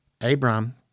Abram